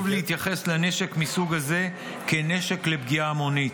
להתייחס לנשק מסוג הזה כנשק לפגיעה המונית.